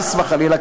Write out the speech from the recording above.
חס וחלילה,